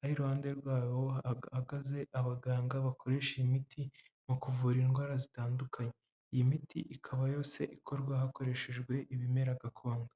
aho iruhande rwabo hahagaze abaganga bakoresha iyi imiti mu kuvura indwara zitandukanye, iyi miti ikaba yose ikorwa hakoreshejwe ibimera gakondo.